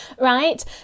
right